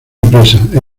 empresa